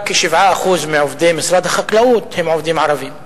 רק 7% מעובדי משרד החקלאות הם עובדים ערבים,